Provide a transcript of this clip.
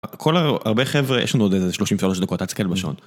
כל הרבה חבר'ה יש לנו עוד איזה 33 דקות, אל תסתכל בשעון.